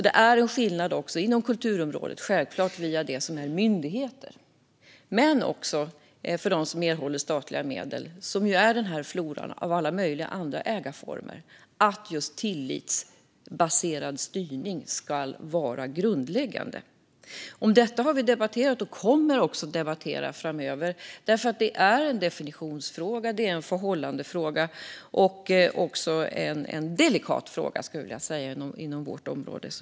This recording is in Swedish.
Det är skillnad också inom kulturområdet via det som är myndigheter men också för dem som erhåller statliga medel, som utgör den här floran av alla möjliga andra ägarformer. Tillitsbaserad styrning ska vara grundläggande. Om detta har vi debatterat och kommer att debattera framöver, för det är en definitions och förhållandefråga och också en delikat fråga inom vårt område.